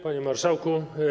Panie Marszałku!